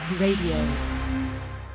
Radio